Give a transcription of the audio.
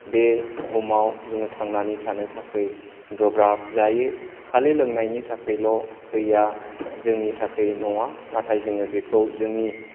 बे बुहुमाव जोङो थांनानै थानो थाखाय गोब्राब जायो खालि लोंनायनि थाखायल' दैआ जोंनि थाखाय नङा नाथाय जोङो बेखौ जोंनि